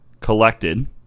collected